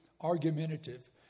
argumentative